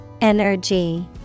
Energy